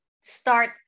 start